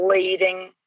leading